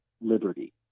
liberty